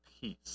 peace